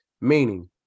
Meaning